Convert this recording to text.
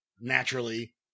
naturally